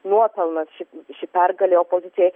nuopelnas ši pergalė opozicijoj